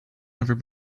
never